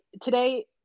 Today –